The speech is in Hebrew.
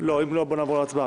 אם לא, בואו נעבור להצבעה.